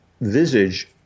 visage